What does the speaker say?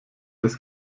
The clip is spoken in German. des